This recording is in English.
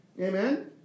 Amen